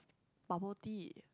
bubble tea